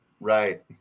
right